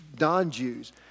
non-Jews